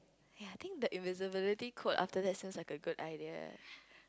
ya I think the invincibility coat sounds like a good idea